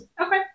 Okay